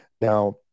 Now